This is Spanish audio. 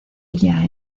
ella